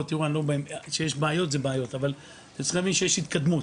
כשיש בעיות זה בעיות, אבל יש התקדמות,